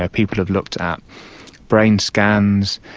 ah people have looked at brain scans,